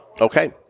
Okay